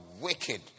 wicked